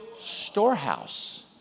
storehouse